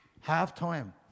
Half-time